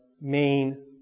main